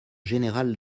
général